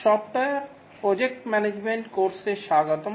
software project management কোর্সে স্বাগতম